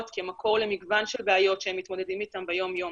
כמקור למגוון בעיות שהם מתמודדים אתן ביום-יום.